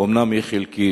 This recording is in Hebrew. אומנם היא חלקית,